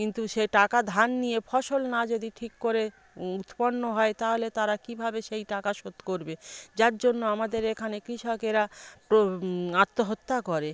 কিন্তু সেই টাকা ধার নিয়ে ফসল না যদি ঠিক করে উৎপন্ন হয় তাহলে তারা কীভাবে সেই টাকা শোধ করবে যার জন্য আমাদের এখানে কৃষকেরা আত্মহত্যা করে